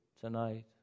tonight